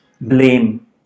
blame